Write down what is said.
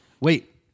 Wait